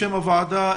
בשם הוועדה,